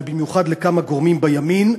ובמיוחד לכמה גורמים בימין,